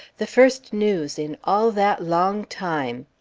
the first news in all that long time!